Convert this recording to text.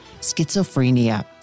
schizophrenia